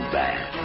bad